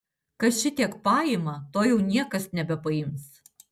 kas šitiek paima to jau niekas nebepaims